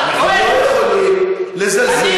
אנחנו לא יכולים לזלזל,